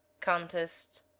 contest